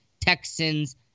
Texans